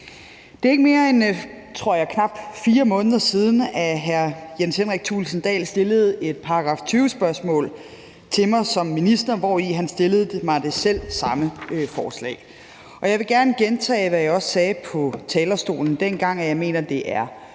Det er ikke mere end, tror jeg, knap 4 måneder siden, at hr. Jens Henrik Thulesen Dahl stillede et § 20-spørgsmål til mig som minister, hvori han stillede mig det selv samme forslag, og jeg vil gerne gentage, hvad jeg også sagde på talerstolen dengang: at jeg mener, det er